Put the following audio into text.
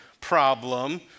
problem